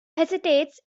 hesitates